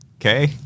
okay